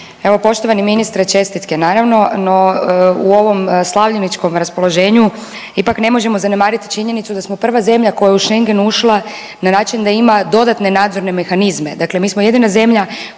Evo, poštovani ministre, čestitke naravno, no u ovom slavljeničkom raspoloženju, ipak ne možemo zanemariti činjenicu da smo prva zemlja koja je u Schengen ušla na način da ima dodatne nadzorne mehanizme. Dakle mi smo jedina zemlja